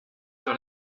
sur